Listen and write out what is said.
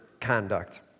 conduct